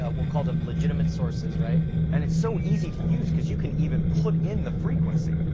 ah we'll call them legitimate sources, right? and it's so easy to use, because you can even put in the frequency.